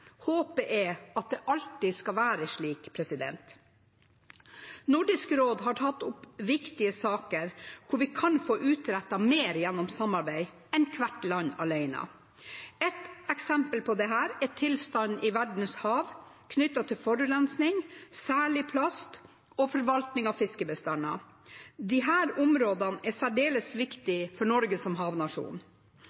Håpet er at det alltid skal være slik. Nordisk råd har tatt opp viktige saker hvor vi kan få utrettet mer gjennom samarbeid enn hvert land alene. Et eksempel på dette er tilstanden i verdens hav, knyttet til forurensing – særlig plast – og forvaltning av fiskebestander. Disse områdene er særdeles